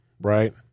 right